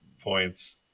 points